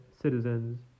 citizens